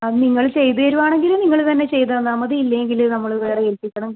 അത് നിങ്ങൾ ചെയ്തുതരികയാണെങ്കിൽ നിങ്ങൾ തന്നെ ചെയ്ത് തന്നാൽമതി ഇല്ലെങ്കിൽ നമ്മൾ വേറെ ഏൽപ്പിക്കണം